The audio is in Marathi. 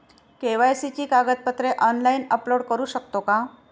के.वाय.सी ची कागदपत्रे ऑनलाइन अपलोड करू शकतो का?